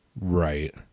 Right